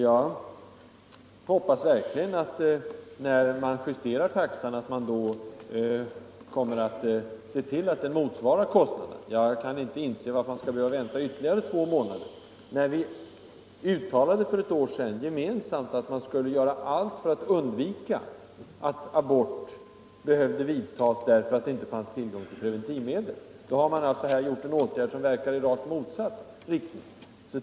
Jag hoppas verkligen, att man, när man justerar taxan, kommer att se till att den motsvarar kostnaden. Jag kan inte inse varför man skall behöva vänta ytterligare två månader eftersom vi ju för ett år sedan gemensamt uttalade att man skulle göra allt för att undvika att abort behövde vidtas, därför att det inte fanns tillgång till preventivmedel. Här har man vidtagit en åtgärd som verkar i rakt motsatt riktning.